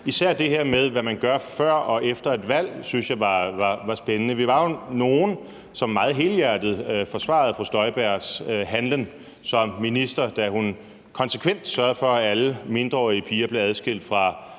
især det her med, hvad man gør før og efter et valg, synes jeg var spændende. Vi var jo nogle, som meget helhjertet forsvarede fru Inger Støjbergs handlen som minister, da hun konsekvent sørgede for, at alle mindreårige piger blev adskilt fra